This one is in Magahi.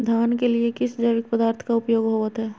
धान के लिए किस जैविक पदार्थ का उपयोग होवत है?